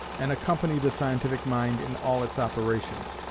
and accompany the scientific mind in all its operations.